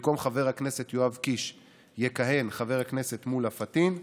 במקום חבר הכנסת יואב קיש יכהן חבר הכנסת פטין מולא.